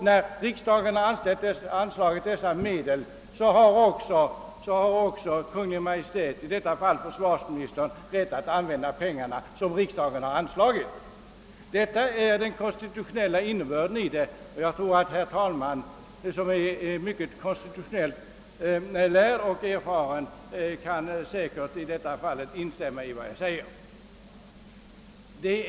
När så skett har Kungl. Maj:t — i detta fall försvarsministern — också rätt att använda de pengarna. Detta är den konstitutionella innebörden av ett sådant beslut. Jag tror att herr talmannen, som är mycket lärd och erfaren på det konstitutionella området, säkerligen kan instämma i vad jag nu framhållit.